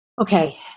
Okay